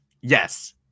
yes